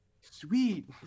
sweet